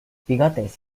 bigotes